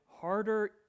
harder